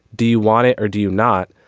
do you want it or do you not.